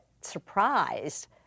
surprised